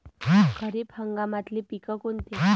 खरीप हंगामातले पिकं कोनते?